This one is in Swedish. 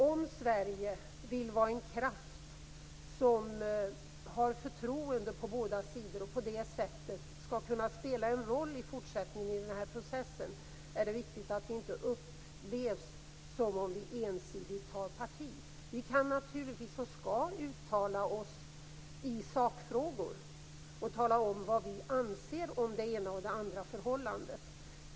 Om Sverige vill vara en kraft som man på båda sidor har förtroende för och på det sättet kunna spela en roll i den här processen i fortsättningen är det viktigt att vi inte upplevs som om vi ensidigt tar parti. Vi kan naturligtvis och skall uttala oss i sakfrågor och tala om vad vi anser om det ena och det andra förhållandet.